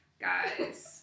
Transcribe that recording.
Guys